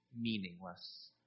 meaningless